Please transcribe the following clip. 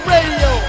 Radio